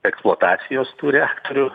eksploatacijos tūrio turiu